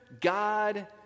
God